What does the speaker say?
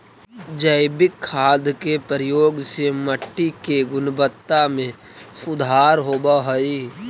जैविक खाद के प्रयोग से मट्टी के गुणवत्ता में सुधार होवऽ हई